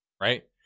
right